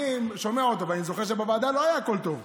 אני שומע אותו ואני זוכר שבוועדה לא הכול היה טוב,